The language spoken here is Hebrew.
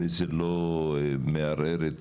וזה לא מערער את